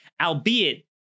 albeit